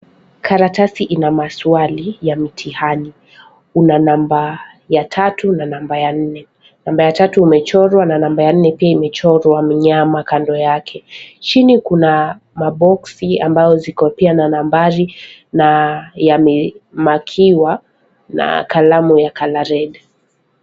Karatasi ina maswali ya mitihani. Una namba ya tatu na namba ya nne. Namba ya tatu umechorwa, na namba ya nne pia imechorwa mnyama kando yake. Chini kuna maboksi, ambayo ziko pia na nambari na yamemakiwa na kalamu ya kalaredi .